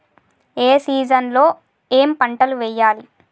ఏ season లో ఏం పంటలు వెయ్యాలి?